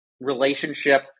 relationship